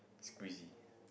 squeezy